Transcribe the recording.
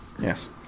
Yes